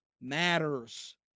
matters